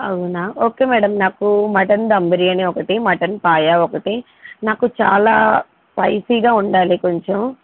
అవునా okay madam నాకు mutton dum biryani ఒకటి మటన్ పాయ ఒకటి నాకు చాలా స్పైసీగా ఉండాలి కొంచెం